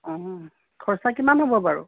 অঁ খৰচা কিমান হ'ব বাৰু